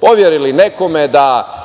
poverili nekome da